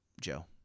Joe